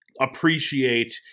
appreciate